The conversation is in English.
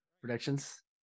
predictions